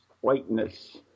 whiteness